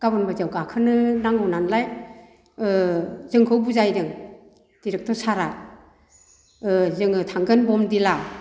गाबोन बायदियाव गाखोनो नांगौ नालाय जोंखौ बुजायदों डिरेक्टर सारआ जोङो थांगोन बमदिला